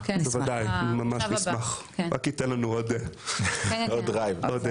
אנחנו ממש נשמח, זה רק ייתן לנו עוד push.